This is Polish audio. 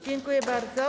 Dziękuję bardzo.